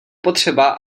potřeba